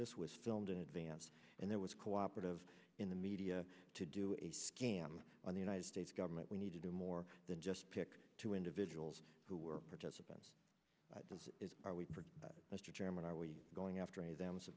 this was filmed in advance and there was cooperative in the media to do a scam on the united states government we need to do more than just pick two individuals who were participants are we mr chairman are we going after a them